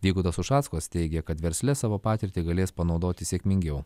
vygaudas ušackas teigia kad versle savo patirtį galės panaudoti sėkmingiau